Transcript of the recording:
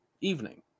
evening